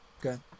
Good